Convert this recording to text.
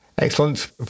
Excellent